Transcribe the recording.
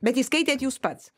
bent jį skaitėt jūs pats